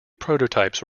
prototypes